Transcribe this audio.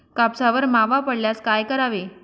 कापसावर मावा पडल्यास काय करावे?